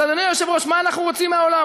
אז אדוני היושב-ראש, מה אנחנו רוצים מהעולם?